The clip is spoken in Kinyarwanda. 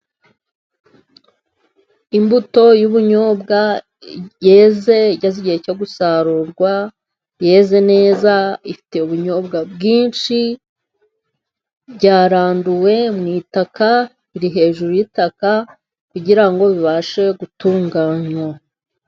Imbuto y'ubunyobwa yeze igihe cyo gusarurwa, yeze neza ifite ubunyobwa bwinshi, byaranduwe mu itaka, riri hejuru y'itaka kugira ngo bibashe gutunganywa.